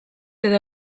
edo